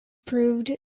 proved